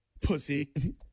Pussy